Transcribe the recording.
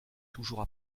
toujours